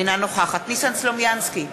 אינה נוכחת ניסן סלומינסקי,